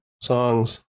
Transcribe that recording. songs